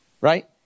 right